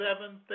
seven